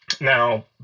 Now